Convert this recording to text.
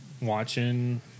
watching